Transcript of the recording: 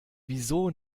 wieso